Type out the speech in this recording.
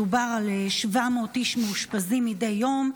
מדובר על 700 איש מאושפזים מדי יום,